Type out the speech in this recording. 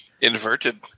Inverted